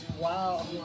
Wow